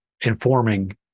informing